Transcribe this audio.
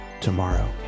tomorrow